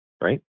Right